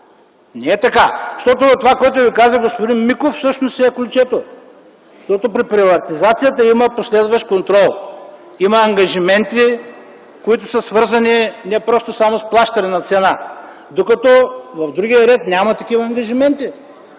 Не е така. Това, което Ви каза господин Миков, всъщност е ключето. При приватизацията има последващ контрол, има ангажименти, свързани не просто с плащане на цена. Докато в другия ред няма такива ангажименти.